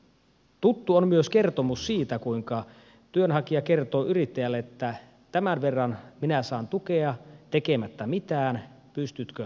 tuttu on myös kertomus siitä kuinka työnhakija kertoo yrittäjälle että tämän verran minä saan tukea tekemättä mitään pystytkö parempaan